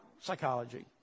psychology